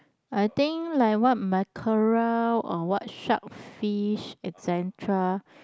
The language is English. but I think like what mackerel or what shark fish et cetera